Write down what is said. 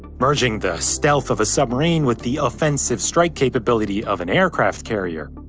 merging the stealth of a submarine with the offensive strike capability of an aircraft carrier.